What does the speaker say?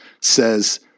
says